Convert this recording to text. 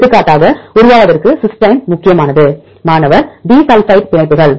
எடுத்துக்காட்டாக உருவாவதற்கு சிஸ்டைன் முக்கியமானது மாணவர் டி சல்பைட் பிணைப்புகள்